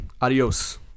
adios